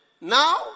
Now